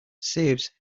saves